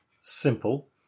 Simple